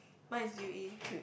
mine is u_e